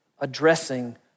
addressing